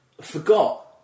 forgot